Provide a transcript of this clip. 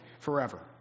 forever